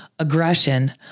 Aggression